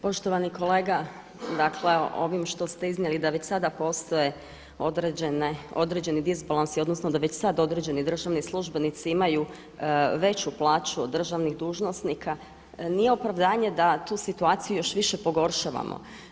Poštovani kolega, dakle ovim što ste iznijeli da već sada postoje određeni disbalansi, odnosno da već sad određeni državni službenici imaju veću plaću od državnih dužnosnika nije opravdanje da tu situaciju još više pogoršavamo.